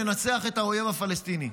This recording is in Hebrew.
לנצח את האויב הפלסטיני.